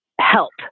help